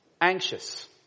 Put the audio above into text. anxious